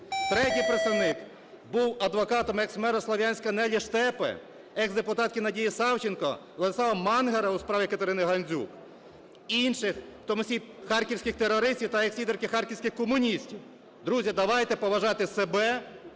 Третій представник був адвокатом екс-мера Слов'янська Нелі Штепи, екс-депутатки Надії Савченко, Владислава Мангера у справі Катерини Гандзюк й інших, в тому числі харківських терористів та екс-лідерки харківських комуністів. Друзі, давайте поважати себе